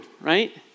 right